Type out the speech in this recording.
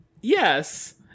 Yes